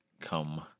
come